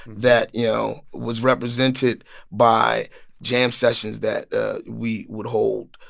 that, you know, was represented by jam sessions that ah we would hold.